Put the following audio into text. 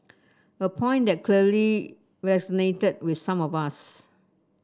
a point that clearly resonated with some of us